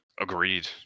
Agreed